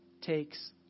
takes